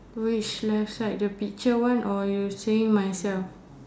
which left side the picture one or you saying myself